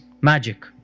magic